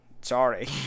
Sorry